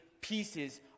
pieces